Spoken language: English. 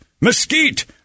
mesquite